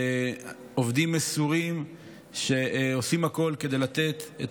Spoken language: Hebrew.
עובדים מסורים שעושים הכול כדי לתת את